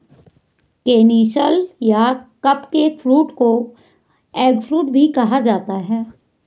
canistel या cupcake fruit को eggfruit भी कहा जाता है